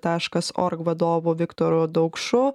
taškas org vadovu viktoru daukšu